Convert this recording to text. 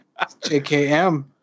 JKM